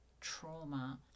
trauma